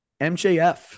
MJF